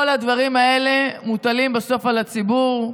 כל הדברים האלה מוטלים בסוף על הציבור.